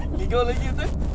ngigau lagi betul